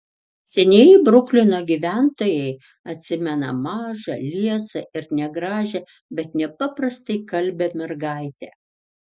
senieji bruklino gyventojai atsimena mažą liesą ir negražią bet nepaprastai kalbią mergaitę